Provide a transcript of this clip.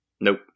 Nope